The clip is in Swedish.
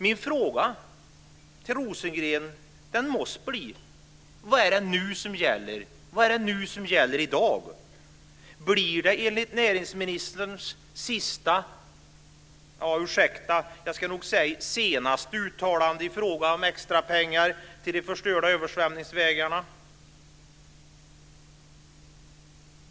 Min fråga till Rosengren måste bli: Vad är det nu som gäller i dag? Blir det enligt näringsministerns sista - ursäkta, jag ska nog säga senaste - uttalande i frågan om extrapengar till de förstörda översvämmningsvägarna?